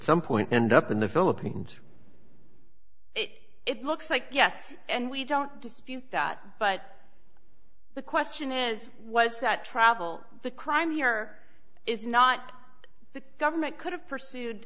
some point end up in the philippines and it looks like yes and we don't dispute that but the question is was the travel the crime here is not the government could have pursued